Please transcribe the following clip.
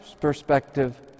perspective